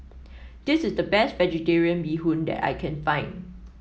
this is the best vegetarian Bee Hoon that I can find